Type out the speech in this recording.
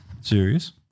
Serious